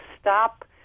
stop